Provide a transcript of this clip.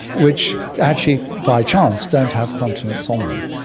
which actually by chance don't have continents on them.